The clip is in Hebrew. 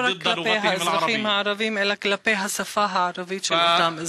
לא רק כלפי האזרחים הערבים אלא כלפי השפה הערבית של אותם אזרחים.